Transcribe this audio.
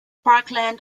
parkland